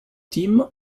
tim